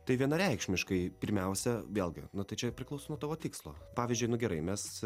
tai vienareikšmiškai pirmiausia vėlgi nu tai čia priklauso nuo tavo tikslo pavyzdžiui nu gerai mes